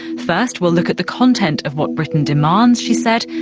first we'll look at the content of what britain demands she said,